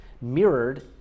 mirrored